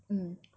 mm